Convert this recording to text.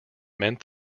meant